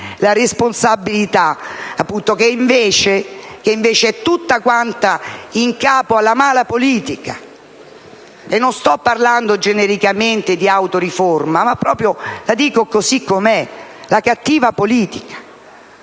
responsabilità che è invece tutta quanta in capo alla malapolitica. E non sto parlando genericamente di autoriforma, ma la dico così com'è: la cattiva politica.